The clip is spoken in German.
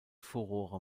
furore